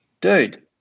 Dude